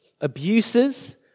abuses